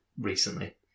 recently